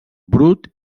brut